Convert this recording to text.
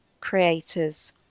creators